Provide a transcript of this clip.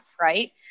right